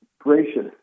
gracious